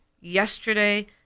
yesterday